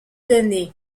donnée